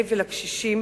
לגמלאים ולקשישים